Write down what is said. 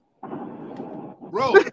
bro